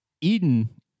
Eden